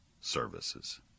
Services